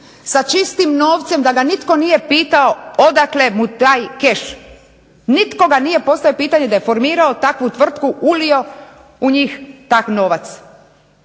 sa čistim novcem da ga nitko nije pitao odakle mu taj keš. Nitko mu nije postavio pitanje da je formirao takvu tvrtku, ulio u njih taj novac.